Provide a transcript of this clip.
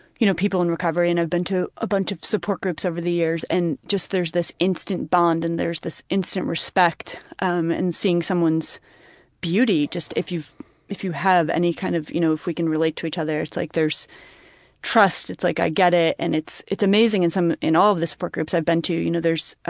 you know, people in recovery and i've been to a bunch of support groups over the years, and just there's this instant bond, and there's this instant respect um and seeing someone's beauty, just if you if you have any kind of, you know, if we can relate to each other, it's like there's trust, it's like i get it, and it's it's amazing in some in all of the support groups i've been to, you know, there's